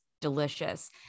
delicious